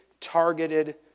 targeted